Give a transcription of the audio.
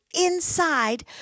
inside